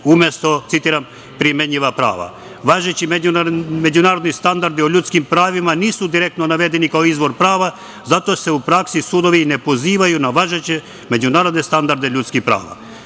umesto, citiram, primenjiva prava. Važeći međunarodni standardi o ljudskim pravima nisu direktno navedeni kao izvor prava. Zato se u praksi sudovi ne pozivaju na važeće međunarodne standarde ljudskih